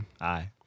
Aye